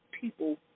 people